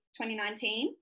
2019